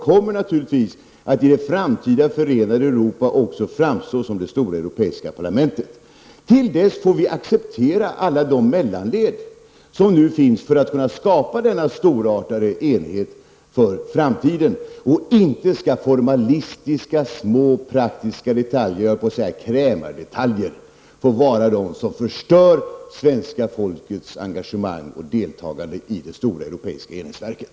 I ett framtida förenade Europa kommer naturligtvis detta parlament att framstå som det stora europeiska parlamentet. Till dess får vi acceptera alla de mellanled som nu finns för att kunna skapa denna storartade enhet för framtiden. Inte skall formalistiska, små praktiska detaljer -- jag höll på att säga krämardetaljer -- få vara de som förstör svenska folkets engagemang och deltagande i det stora europeiska enhetsverket.